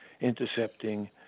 intercepting